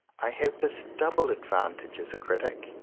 i have this double advantage as a critic.